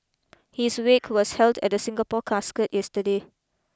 his wake was held at the Singapore Casket yesterday